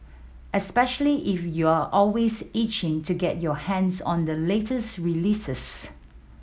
especially if you're always itching to get your hands on the latest releases